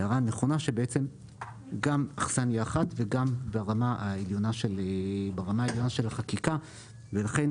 עלתה כאן הערה נכונה שגם אכסניה אחת וגם ברמה העליונה של החקיקה ולכן,